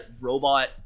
robot